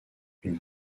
une